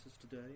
today